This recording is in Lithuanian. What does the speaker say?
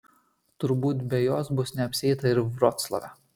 turbūt be jos bus neapsieita ir vroclave